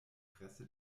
interesse